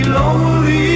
lonely